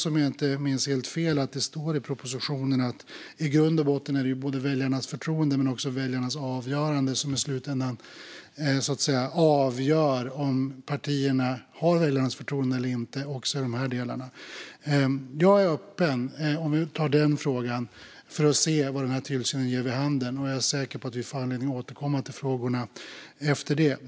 Om jag inte minns helt fel står det i propositionen att det i grund och botten är väljarnas förtroende som styr - att väljarna i slutändan avgör om partierna har väljarnas förtroende eller inte i dessa delar. När det gäller den frågan är jag öppen för vad tillsynen ger vid handen, och jag är säker på att vi får anledning att återkomma till frågorna efter det.